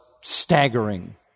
staggering